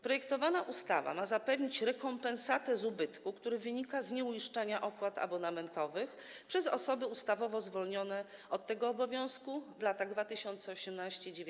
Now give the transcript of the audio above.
Projektowana ustawa ma zapewnić rekompensatę ubytku, który wynika z nieuiszczania opłat abonamentowych przez osoby ustawowo zwolnione od tego obowiązku w latach 2018–2019.